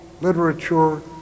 literature